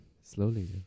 Slowly